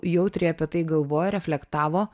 jautriai apie tai galvojo reflektavo